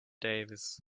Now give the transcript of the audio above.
davis